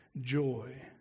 joy